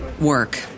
work